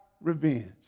revenge